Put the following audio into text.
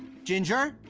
ginger!